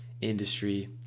industry